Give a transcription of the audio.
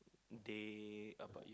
day about your